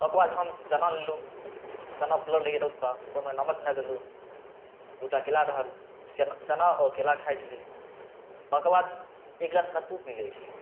ओकर बाद हम चना लेलहुॅं चना फूलल रहय तऽ ओहिमे नमक डालि देलहुॅं दू टा केला रहल चना आओर केला खाइ छी ओकर बाद एक गिलास सत्तू पी लै छी